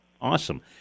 awesome